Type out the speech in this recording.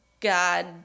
God